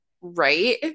right